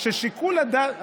ששיקול הדעת,